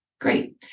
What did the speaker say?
Great